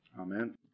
Amen